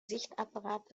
sichtapparat